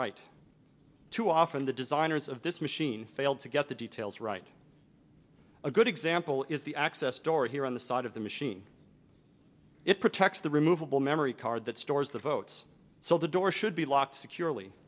right too often the designers of this machine fail to get the details right a good example is the access door here on the side of the machine it protects the removable memory card that stores the votes so the door should be locked securely